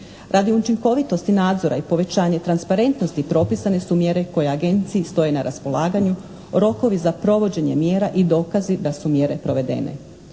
Radi učinkovitosti nadzora i povećanje transparentnosti propisane su mjere koje agenciji stoje na raspolaganju, rokovi za provođenje mjera i dokazi da su mjere provedene.